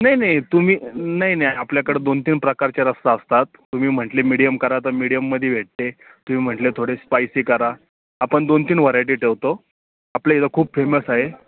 नाही नाही तुम्ही नाही नाही आपल्याकडं दोन तीन प्रकारचे रस्सा असतात तुम्ही म्हटले मीडीयम करा तर मीडियममध्ये भेटते तुम्ही म्हटले थोडे स्पायसी करा आपण दोन तीन वरायटी ठेवतो आपल्या इथं खूप फेमस आहे